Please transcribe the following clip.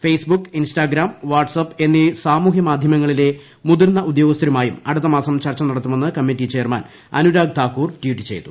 Facebook Instagram WhatsApp എന്നീ സാമൂഹ്യ മാധ്യമങ്ങളിലെ മുതിർന്ന ഉദ്യോഗസ്ഥരുമായും അടുത്തമാസം ചർച്ച നടത്തുമെന്ന് committee chairman Anurag Thakur tweet ചെയ്തു